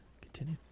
Continue